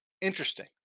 Interesting